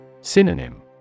Synonym